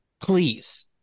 Please